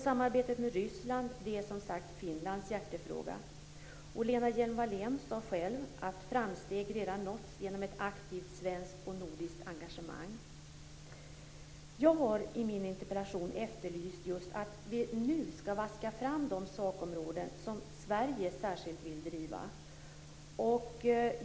Samarbetet med Ryssland är som sagt Finlands hjärtefråga. Lena Hjelm-Wallén sade själv att framsteg redan nåtts genom ett aktivt svenskt och nordiskt engagemang. Jag har i min interpellation efterlyst just att vi nu skall vaska fram de sakområden som Sverige särskilt vill driva.